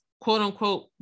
quote-unquote